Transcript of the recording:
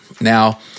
Now